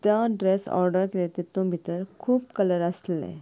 तो dress order केल्लो तेतुन भितर खूब कलर आसलेले